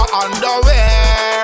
underwear